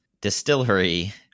distillery